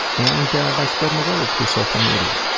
and by spreading the word through social media.